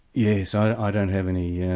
yes, i don't have any yeah